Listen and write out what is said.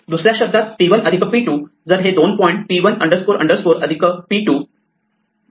दुसऱ्या शब्दात p1 p2 जर हे दोन पॉईंट P1 p2